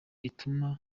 rituma